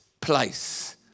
place